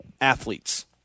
athletes